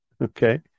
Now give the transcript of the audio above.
Okay